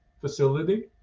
facility